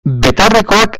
betaurrekoak